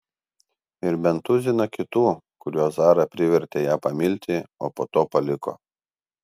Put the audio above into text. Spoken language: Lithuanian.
ir bent tuziną kitų kuriuos zara privertė ją pamilti o po to paliko